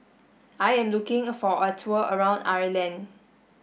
I am looking for a tour around Ireland